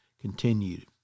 continued